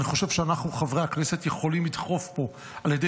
אני חושב שאנחנו חברי הכנסת יכולים לדחוף פה על ידי